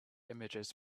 images